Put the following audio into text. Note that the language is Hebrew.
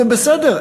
זה בסדר.